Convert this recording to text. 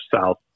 south